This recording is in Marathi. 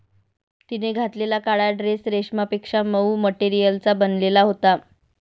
तिने घातलेला काळा ड्रेस रेशमापेक्षा मऊ मटेरियलचा बनलेला होता